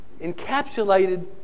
encapsulated